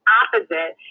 opposite